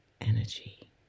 Energy